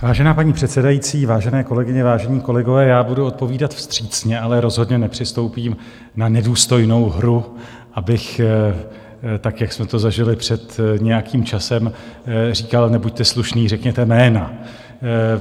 Vážená paní předsedající, vážené kolegyně, vážení kolegové, já budu odpovídat vstřícně, ale rozhodně nepřistoupím na nedůstojnou hru, abych tak, jak jsme to zažili před nějakým časem, říkal: Nebuďte slušný, řekněte jména!